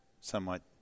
somewhat